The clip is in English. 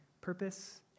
purpose